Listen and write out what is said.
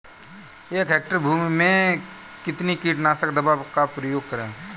एक हेक्टेयर भूमि में कितनी कीटनाशक दवा का प्रयोग करें?